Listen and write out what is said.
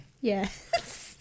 Yes